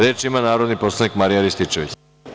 Reč ima narodni poslanik Marijan Rističević.